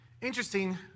Interesting